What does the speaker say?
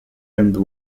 and